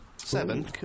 Seven